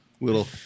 Little